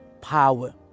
power